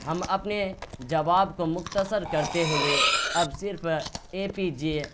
ہم اپنے جواب کو مختصر کرتے ہوئے اب صرف اے پی جے